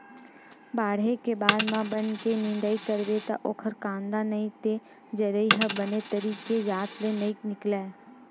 बाड़हे के बाद म बन के निंदई करबे त ओखर कांदा नइ ते जरई ह बने तरी के जात ले नइ निकलय